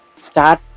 start